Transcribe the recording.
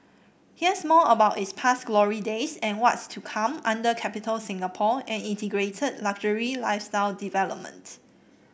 here's more about its past glory days and what's to come under Capitol Singapore an integrated luxury lifestyle development